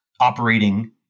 operating